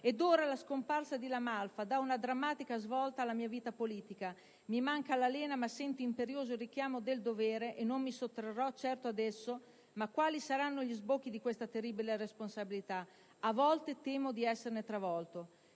Ed ora la scomparsa di La Malfa dà una drammatica svolta alla mia vita politica. Mi manca la lena, ma sento imperioso il richiamo del dovere e non mi sottrarrò certo ad esso: ma quali saranno gli sbocchi di questa terribile responsabilità? A volte temo di essere travolto»